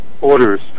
orders